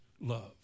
love